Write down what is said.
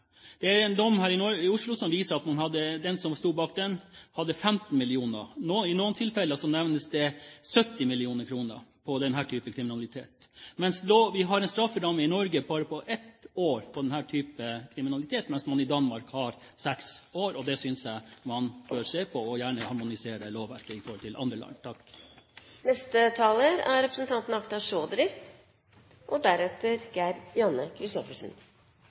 Det er en dom her i Oslo som viser at den som sto bak her, tjente 15 mill. kr. I noen tilfeller nevnes en fortjeneste på 70 mill. kr på denne typen kriminalitet. Vi har en strafferamme i Norge på bare ett år når det gjelder denne type kriminalitet, mens man i Danmark har seks år. Det synes jeg man bør se på og gjerne harmonisere lovverket i forhold til andre land. Komiteens leder, representanten fra Fremskrittspartiet, sa i sitt innlegg at debatten oppleves som god jul og